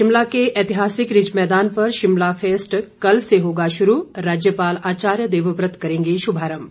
शिमला के ऐतिहासिक रिज मैदान पर शिमला फेस्ट कल से होगा शुरू राज्यपाल आचार्य देवव्रत करेंगे शुभारम्भ